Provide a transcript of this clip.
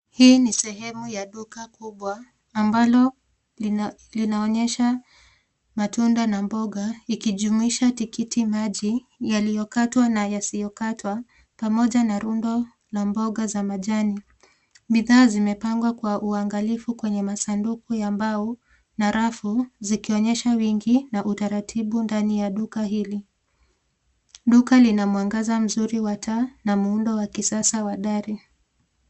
Hii ni sehemu ya duka kubwa ambalo linaonyesha matunda na mboga likijumuisha tikiti maji yaliyokatwa na yasiyo katwa pamoja na rundo la mboga za majani. Bidhaa zimepangwa kwa uangalifu kwenye masanduku ya mbao na rafu zikionyesha wingi na utaratibu ndani ya duka hili. Duka lina mwangaza mzuri wa taa na muundo wa kisasa wa dari.